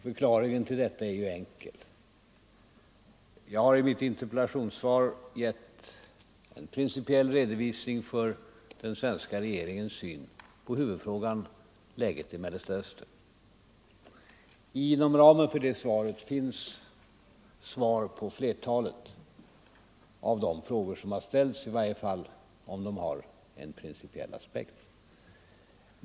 Förklaringen till detta är enkel. Jag har i mitt interpellationssvar givit en principiell redovisning för den svenska regeringens syn på huvudfrågan, läget i Mellersta Östern. Inom ramen för det svaret finns svar på flertalet av de frågor som ställts, i varje fall om de har en principiell aspekt.